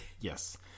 Yes